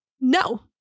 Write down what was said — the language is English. No